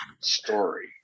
story